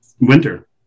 Winter